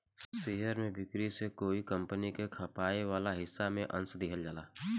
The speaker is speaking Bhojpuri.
शेयर के बिक्री से कोई कंपनी के खपाए वाला हिस्सा में अंस दिहल जाला